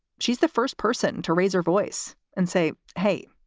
she's the first person to raise her voice and say, hey,